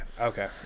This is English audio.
Okay